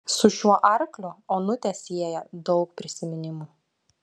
su šiuo arkliu onutę sieja daug prisiminimų